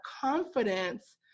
confidence